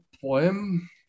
poem